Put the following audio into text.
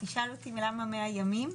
תשאל אותי למה 100 ימים?